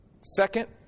Second